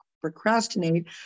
procrastinate